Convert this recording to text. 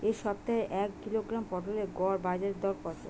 এ সপ্তাহের এক কিলোগ্রাম পটলের গড় বাজারে দর কত?